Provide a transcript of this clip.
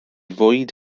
fwyd